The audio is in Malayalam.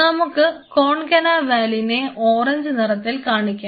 നമുക്ക് കോൺകന വാലിനെ ഓറഞ്ച് നിറത്തിൽ കാണിക്കാം